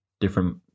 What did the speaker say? Different